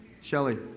Shelly